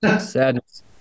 sadness